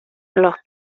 los